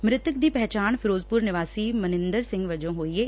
ਮ੍ਰਿਤਕ ਦੀ ਪਹਿਚਾਣ ਫਿਰੋਜ਼ਪੁਰ ਨਿਵਾਸੀ ਮਨਿੰਦਰ ਸਿੰਘ ਵਜੋਂ ਹੋਈ ਏ